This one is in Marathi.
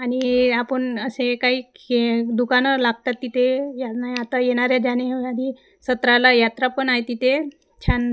आणि आपण असे काही खेळ दुकानं लागतात तिथे याना आता येणाऱ्या जानेवारी सतराला यात्रा पण आहे तिथे छान